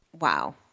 Wow